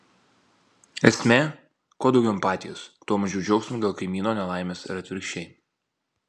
esmė kuo daugiau empatijos tuo mažiau džiaugsmo dėl kaimyno nelaimės ir atvirkščiai